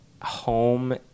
home